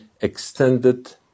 extended